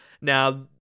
now